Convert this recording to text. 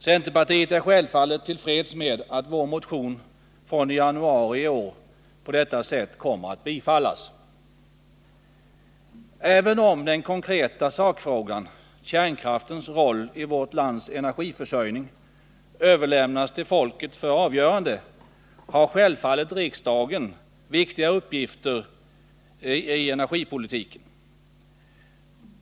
Centerpartiet är självfallet till freds med att vår motion från januari i år på detta sätt kommer att bifallas. Även om den konkreta sakfrågan — kärnkraftens roll i vårt lands energiförsörjning — överlämnas till folket för avgörande, har självfallet riksdagen viktiga uppgifter i energipolitiken.